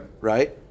right